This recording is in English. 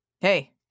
Hey